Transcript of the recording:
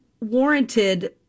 warranted